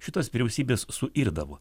šitos vyriausybės suirdavo